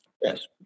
Yes